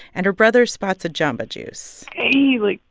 and her brother spots a jamba juice he like,